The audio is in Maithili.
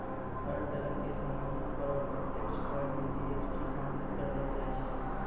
हर तरह के सामानो पर अप्रत्यक्ष कर मे जी.एस.टी शामिल करलो जाय छै